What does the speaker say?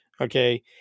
okay